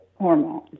hormone